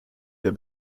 der